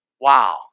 Wow